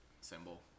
symbol